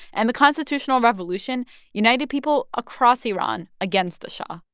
and the constitutional revolution united people across iran against the shahs,